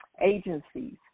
agencies